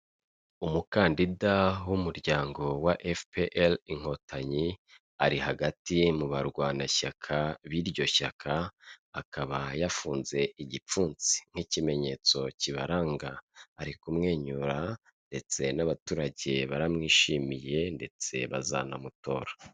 Umukandida w'umuryango wa FPR inkotanyi, ari hagati mu barwanashyaka b'iryo shyaka, akaba yafunze igipfunsi nk'ikimenyetso kibaranga, ari kumwenyura ndetse n'abaturage baramwishimiye ndetse bazanamutora.